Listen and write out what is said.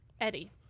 Eddie